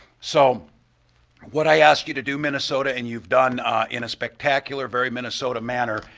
so what i asked you to do, minnesota, and you've done in a spectacular, very minnesota manner,